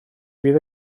bydd